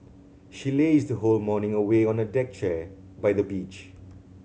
she lazed the whole morning away on a deck chair by the beach